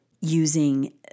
using